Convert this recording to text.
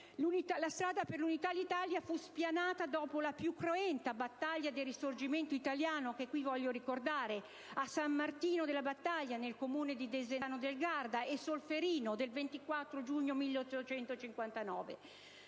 La strada per l'Unità d'Italia fu spianata dopo le più cruente battaglie del Risorgimento italiano, a San Martino della Battaglia, nel comune di Desenzano del Garda, e Solferino, del 24 giugno 1859;